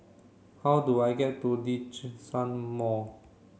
how do I get to Djitsun Mall